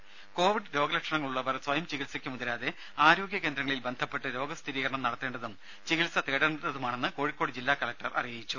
രുമ കൊവിഡ് രോഗലക്ഷണങ്ങൾ ഉള്ളവർ സ്വയം ചികിത്സക്ക് മുതിരാതെ ആരോഗ്യ കേന്ദ്രങ്ങളിൽ ബന്ധപ്പെട്ട് രോഗസ്ഥിരീകരണം നടത്തേണ്ടതും ചികിത്സ തേടേണ്ടതുമാണെന്ന് കോഴിക്കോട് ജില്ലാ കലക്ടർ അറിയിച്ചു